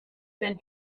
been